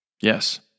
Yes